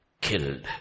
killed